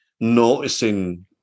noticing